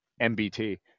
mbt